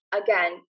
again